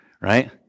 right